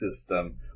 system